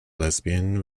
lesbian